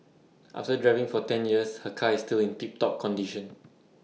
after driving for ten years her car is still in tip top condition